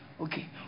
Okay